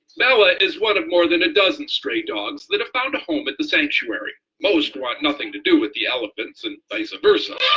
bella is one of more than a dozen stray dogs that have found a home at the sanctuary. most want nothing to do with the elephant's and vice versa,